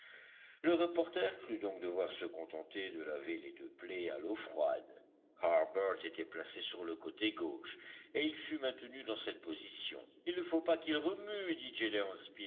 le reporter crut donc devoir se contenter de laver les deux plaies à l'eau froide harbert était placé sur le côté gauche et il fut maintenu dans cette position il ne faut pas qu'il remue dit